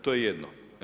To je jedno.